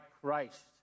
Christ